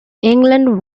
england